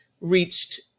reached